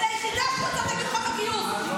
אני היחידה פה נגד חוק הגיוס,